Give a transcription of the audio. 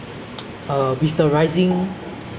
will last very long lah like maybe like another